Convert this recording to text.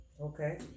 Okay